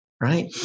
right